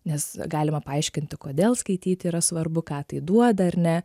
nes galima paaiškinti kodėl skaityti yra svarbu ką tai duoda ar ne